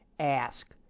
ask